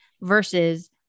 versus